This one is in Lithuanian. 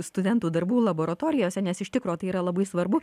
studentų darbų laboratorijose nes iš tikro tai yra labai svarbu